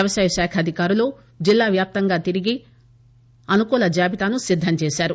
వ్యవసాయశాఖ అధికారులు జిల్లావ్యాప్తంగా తిరిగి అనుకూల జాబితాను సిద్దం చేశారు